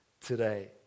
today